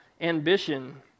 ambition